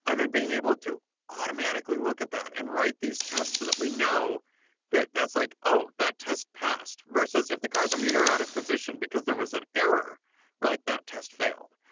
ah then being able to automatically look at that and write these tests so that we know that that's like, oh, that test passed, versus if the car is a meter out of position because there was an error, we're like, that test failed.